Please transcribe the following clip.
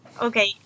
Okay